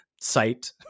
site